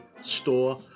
store